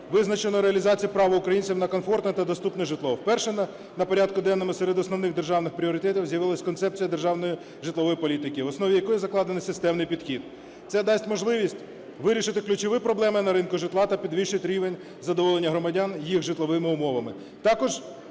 визначено реалізацію права українців на комфортне та доступне житло. Вперше на порядку денному серед основних державних пріоритетів з'явилася концепція державної житлової політики, в основі якої закладено системний підхід. Це дасть можливість вирішити ключові проблеми на ринку житла та підвищить рівень задоволення громадян їх житловими умовами.